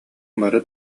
бары